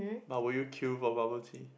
but will you queue for bubble tea